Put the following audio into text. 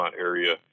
area